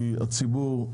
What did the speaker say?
כי הציבור,